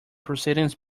proceedings